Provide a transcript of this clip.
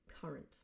current